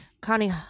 Connie